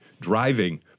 driving